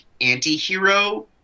anti-hero